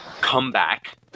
comeback